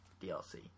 DLC